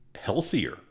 healthier